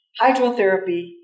hydrotherapy